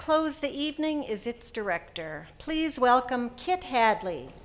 close the evening is its director please welcome kip hadley